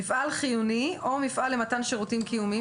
מפעל חיוני או מפעל למתן שירותים קיומיים